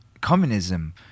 communism